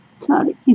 sorry